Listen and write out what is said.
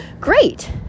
great